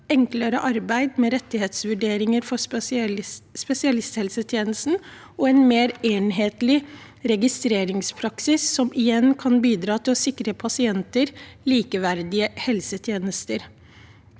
enklere arbeid med rettighetsvurderinger for spesialisthelsetjenesten og en mer enhetlig registreringspraksis som igjen skal bidra til å sikre pasienter likeverdige helsetjenester.»